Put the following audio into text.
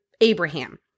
abraham